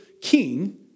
king